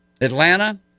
Atlanta